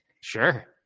Sure